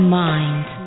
mind